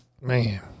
Man